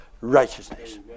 righteousness